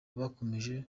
bakomeje